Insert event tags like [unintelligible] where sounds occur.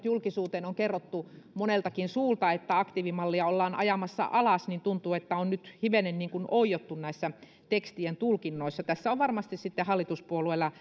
[unintelligible] julkisuuteen on nyt kerrottu monestakin suusta että aktiivimallia ollaan ajamassa alas niin tuntuu että on nyt hivenen niin kuin oiottu näissä tekstien tulkinnoissa tässä on varmasti hallituspuolueilla [unintelligible]